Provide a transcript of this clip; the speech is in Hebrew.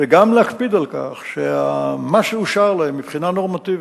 וגם להקפיד על כך שמה שאושר להם מבחינה נורמטיבית,